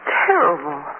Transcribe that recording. terrible